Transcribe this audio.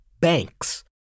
banks